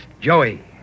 Joey